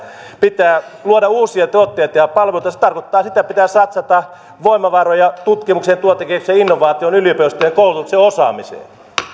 pitää luoda uusia tuotteita ja palveluita se tarkoittaa sitä että pitää satsata voimavaroja tutkimukseen ja tuotekehitykseen ja innovaatioihin yliopistojen koulutukseen ja osaamiseen